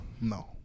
no